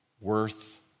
worth